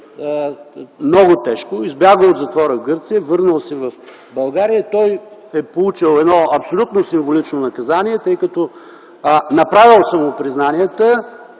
много тежко, избягал от затвора в Гърция, върнал се в България, получил абсолютно символично наказание, тъй като направил самопризнания